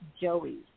joey